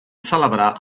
celebrar